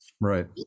Right